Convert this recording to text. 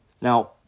Now